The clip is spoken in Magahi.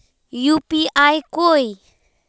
यु.पी.आई कोई